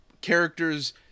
characters